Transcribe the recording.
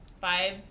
five